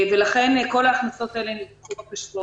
לכן כל ההכנסות האלה נלקחו בחשבון.